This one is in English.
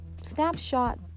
snapshot